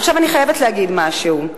עכשיו אני חייבת להגיד משהו.